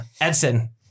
Edson